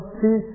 see